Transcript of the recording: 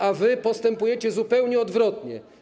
A wy postępujecie zupełnie odwrotnie.